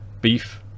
beef